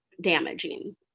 damaging